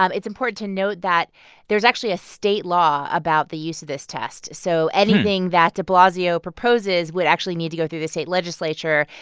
um it's important to note that there's actually a state law about the use of this test. so anything that de blasio proposes would actually need to go through the state legislature.